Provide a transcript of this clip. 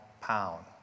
pound